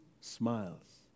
smiles